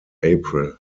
april